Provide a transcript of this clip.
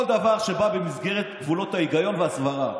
כל דבר שבא במסגרת גבולות ההיגיון והסברה.